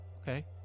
Okay